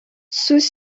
сүз